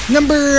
Number